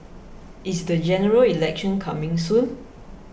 is the General Election coming soon